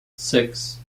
six